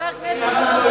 אתה לא יודע,